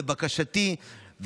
לבקשתי,